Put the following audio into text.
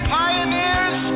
pioneers